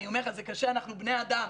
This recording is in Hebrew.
אנחנו בני אדם.